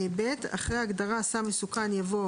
אחרי ההגדרה "סם מסוכן" יבוא: